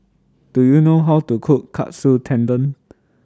Do YOU know How to Cook Katsu Tendon